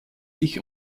sich